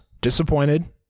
disappointed